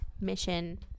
Mission